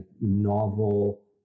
novel